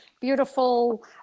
beautiful